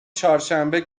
چهارشنبه